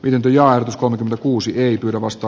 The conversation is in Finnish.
ylempi ja uskon kuusi ei arvosta